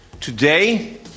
Today